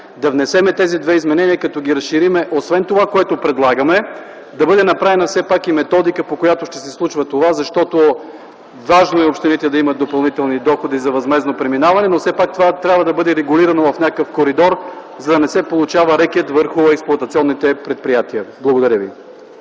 да внесем тези две изменения като ги разширим – освен това, което предлагаме, да бъде направена все пак и методика, по която ще се случва това, защото е важно общините да имат допълнителни доходи за безвъзмездно преминаване, но все пак това трябва да бъде регулирано в някакъв коридор, да не се получава рекет върху експлоатационните предприятия. Благодаря ви.